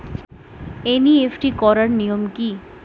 NEFT করার নিয়ম কী?